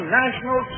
national